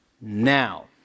now